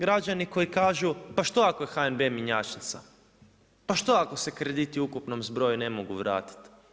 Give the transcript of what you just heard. Građani koji kažu, pa što ako je HNB mjenjačnica, pa što ako se krediti u ukupnom zbroju ne mogu vratiti?